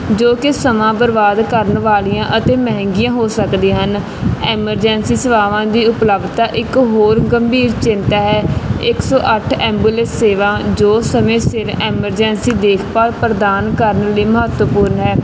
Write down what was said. ਜੋ ਕਿ ਸਮਾਂ ਬਰਬਾਦ ਕਰਨ ਵਾਲੀਆਂ ਅਤੇ ਮਹਿੰਗੀਆਂ ਹੋ ਸਕਦੀਆਂ ਹਨ ਐਮਰਜੈਂਸੀ ਸੇਵਾਵਾਂ ਦੀ ਉਪਲੱਬਧਤਾ ਇੱਕ ਹੋਰ ਗੰਭੀਰ ਚਿੰਤਾ ਹੈ ਇਕ ਸੌ ਅੱਠ ਐਂਬੂਲੈਂਸ ਸੇਵਾ ਜੋ ਸਮੇਂ ਸਿਰ ਐਮਰਜੈਂਸੀ ਦੇਖਭਾਲ ਪ੍ਰਦਾਨ ਕਰਨ ਲਈ ਮਹੱਤਵਪੂਰਨ ਹੈ